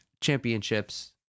championships